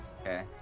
Okay